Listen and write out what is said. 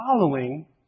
following